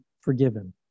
forgiven